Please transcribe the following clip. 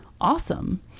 awesome